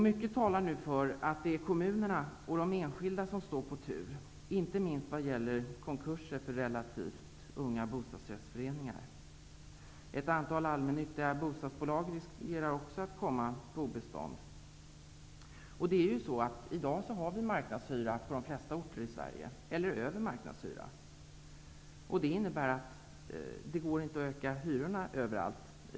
Mycket talar nu för att kommunerna och de enskilda står på tur, inte minst vad gäller konkurser för relativt unga bostadsrättsföreningar. Ett antal allmännyttiga bostadsbolag riskerar också att komma på obestånd. I dag har vi marknadshyror på de flesta orter i Sverige eller t.o.m. en nivå som ligger över marknadshyrorna. Det innebär att det inte går att öka hyrorna överallt.